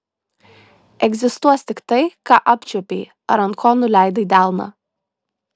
egzistuos tik tai ką apčiuopei ar ant ko nuleidai delną